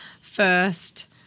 first